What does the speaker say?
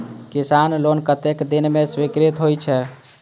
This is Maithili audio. किसान लोन कतेक दिन में स्वीकृत होई छै?